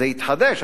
זה התחדש,